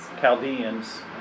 Chaldeans